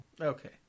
Okay